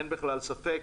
אין בכלל ספק.